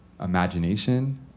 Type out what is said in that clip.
imagination